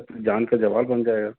جان کا زوال بن جائے گا